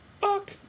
Fuck